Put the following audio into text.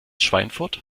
schweinfurt